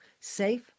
safe